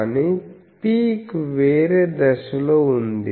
కానీ పీక్ వేరే దశలో ఉంది